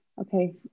Okay